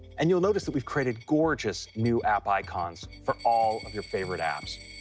and you'll notice that we've created gorgeous new app icons for all of your favorite apps.